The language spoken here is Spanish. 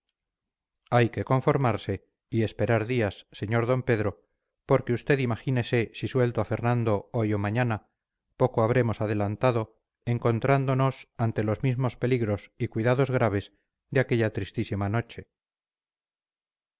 hay que conformarse y esperar días sr d pedro porque usted imagínese si suelto a fernando hoy o mañana poco habremos adelantado encontrándonos ante los mismos peligros y cuidados graves de aquella tristísima noche